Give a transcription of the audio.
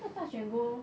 那个 touch and go